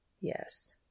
Yes